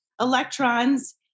electrons